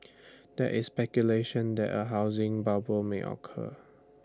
there is speculation that A housing bubble may occur